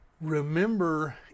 Remember